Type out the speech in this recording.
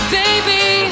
baby